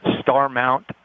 star-mount